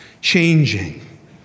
changing